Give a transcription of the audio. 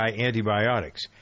antibiotics